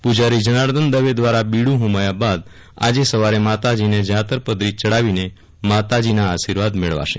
પુજારી જનાર્દન દવે દ્વારા બીડું હોમાયા બાદ આજે સવારે માતાજીનેજાતર પતરી ચડાવીને માતાજીના આશિર્વાદ મેળવશે